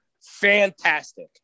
fantastic